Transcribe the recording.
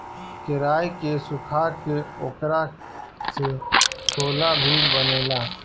केराई के सुखा के ओकरा से छोला भी बनेला